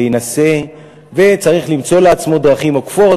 להינשא אלא צריך למצוא לעצמו דרכים עוקפות,